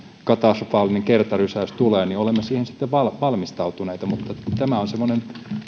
katastrofaalinen kertarysäys tulee niin olemme siihen sitten valmistautuneita mutta tämä on semmoinen